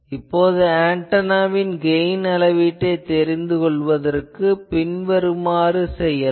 இப்போது ஆன்டெனாவின் கெயின் அளவீட்டைத் தெரிந்து கொள்ளவதற்கு பின்வருமாறு செய்யலாம்